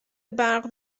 برق